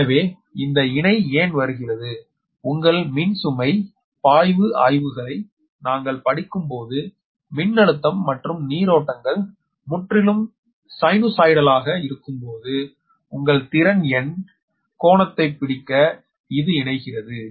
எனவே இந்த இணை ஏன் வருகிறது உங்கள் மின் சுமை பாய்வு ஆய்வுகளை நாங்கள் படிக்கும்போது மின்னழுத்தம் மற்றும் நீரோட்டங்கள் முற்றிலும் சைனூசாய்டலாக இருக்கும்போது உங்கள் திறன் எண் கோணத்தைப் பிடிக்க இது இணைகிறது